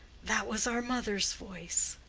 that was our mother's voice.